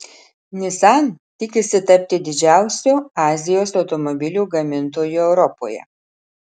nissan tikisi tapti didžiausiu azijos automobilių gamintoju europoje